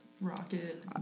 Rocket